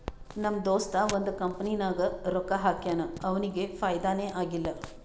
ನಮ್ ದೋಸ್ತ ಒಂದ್ ಕಂಪನಿನಾಗ್ ರೊಕ್ಕಾ ಹಾಕ್ಯಾನ್ ಅವ್ನಿಗ ಫೈದಾನೇ ಆಗಿಲ್ಲ